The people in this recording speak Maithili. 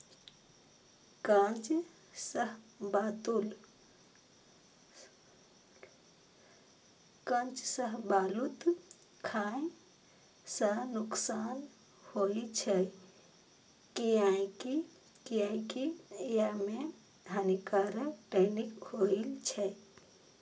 कांच शाहबलूत खाय सं नुकसान होइ छै, कियैकि अय मे हानिकारक टैनिन होइ छै